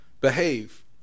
behave